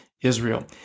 Israel